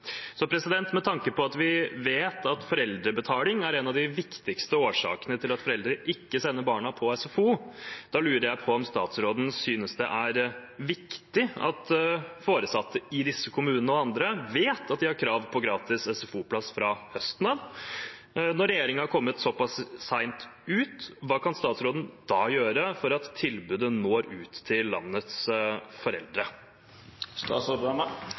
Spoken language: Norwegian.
Med tanke på at vi vet at foreldrebetaling er en av de viktigste årsakene til at foreldre ikke sender barna på SFO, lurer jeg på om statsråden synes det er viktig at foresatte i disse kommunene og andre vet at de har krav på gratis SFO-plass fra høsten av? Når regjeringen har kommet såpass sent ut, hva kan statsråden da gjøre for at tilbudet når ut til landets foreldre?